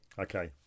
Okay